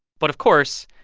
but of course,